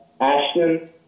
Ashton